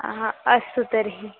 आहा अस्तु तर्हि